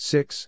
Six